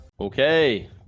Okay